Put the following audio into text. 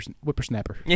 whippersnapper